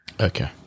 Okay